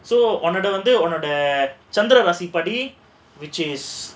so உன்னோட வந்து உன்னோட சந்திர ராசிப்படி:unnoda vandhu unnoda chanthira rasippadi which is